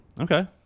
Okay